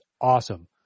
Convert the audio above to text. awesome